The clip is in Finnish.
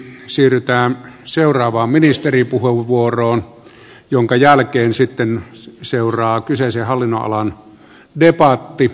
siirrytään seuraavaan ministeripuheenvuoroon jonka jälkeen sitten seuraa kyseisen hallinnonalan debatti